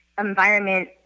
environment